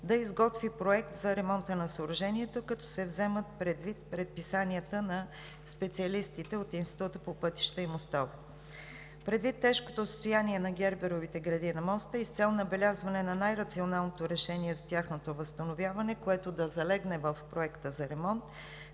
да изготви проект за ремонта на съоръжението, като се вземат предвид предписанията на специалистите от Института по пътища и мостове. Предвид тежкото състояние на герберовите греди на моста и с цел набелязване на най-рационалното решение за тяхното възстановяване, което да залегне в проекта за ремонт,